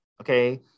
Okay